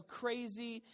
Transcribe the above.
crazy